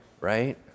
right